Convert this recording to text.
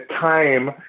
time